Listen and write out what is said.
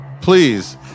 please